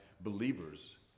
believers